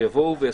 שיעשו חשיבה,